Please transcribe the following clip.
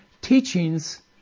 teachings